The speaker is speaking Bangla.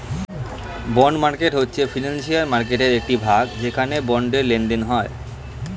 বন্ড মার্কেট হয়েছে ফিনান্সিয়াল মার্কেটয়ের একটি ভাগ যেখানে বন্ডের লেনদেন হয়